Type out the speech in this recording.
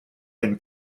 been